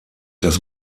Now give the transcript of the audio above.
das